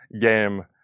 game